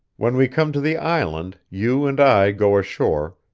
when we come to the island, you and i go ashore,